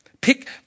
Pick